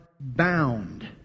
bound